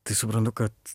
tai suprantu kad